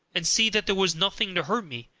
and see that there was nothing to hurt me,